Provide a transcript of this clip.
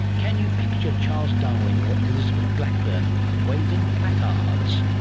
can you picture charles darwin or elizabeth blackburn waving placards?